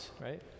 right